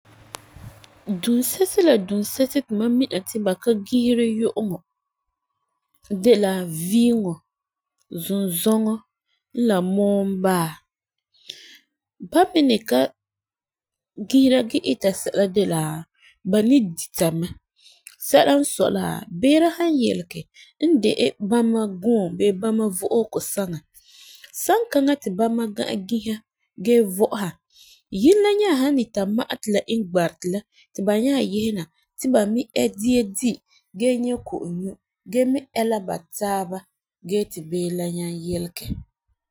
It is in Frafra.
Dunsesi n la dunsesi ti mam mi ti ba ka giseri nyu'uŋɔ de la viiŋɔ, zunzɔŋɔ, n la mɔɔbaa. Ba mi ni ka gisera gee ita sɛla de la ba ni dita mɛ sɛla n sɔi la beere san yelege n de bama guum bee bama vo'osegɔ saŋa. Sankaŋa ti bama ga'a gisa gee vo'osa yine nya san ta ma'a ti la iŋɛ gbareti la ba nya yese na ti ba ɛɛ dia di gee nyɛ ko'om nyu gee mi ɛ la ba taaba gee ti beere la nyaŋɛ yelege